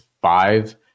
five